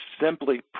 simply